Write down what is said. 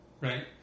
right